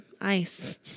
Ice